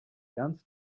ernst